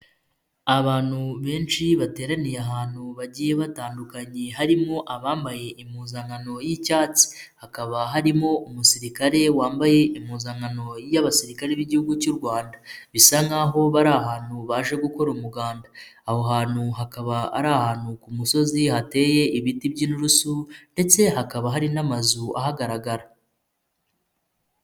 Abantu benshi bateraniye ahantu bagiye batandukanye harimwo abambaye impuzankano y'icyatsi, hakaba harimo umusirikare wambaye impuzankano y'abasirikare b'Igihugu cy'u Rwanda, bisa nk'aho bari ahantu baje gukora umuganda, aho hantu hakaba ari ahantu ku musozi hateye ibiti by'inturusu ndetse hakaba hari n'amazu ahagaragara.